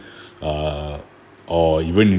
uh or even